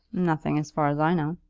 nothing as far as i know.